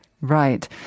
Right